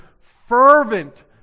fervent